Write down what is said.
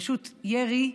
פשוט ירי,